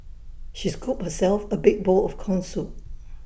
she scooped herself A big bowl of Corn Soup